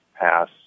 pass